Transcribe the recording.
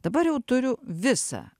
dabar jau turiu visą